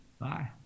bye